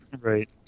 Right